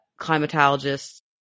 climatologists